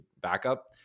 backup